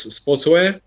sportswear